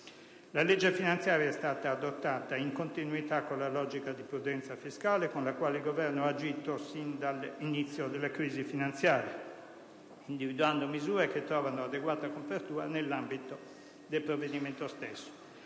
La legge finanziaria è stata adottata in continuità con la logica di prudenza fiscale con la quale il Governo ha agito fin dall'inizio della crisi finanziaria, individuando misure che trovano adeguata copertura nell'ambito del provvedimento stesso,